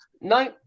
no